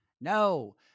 No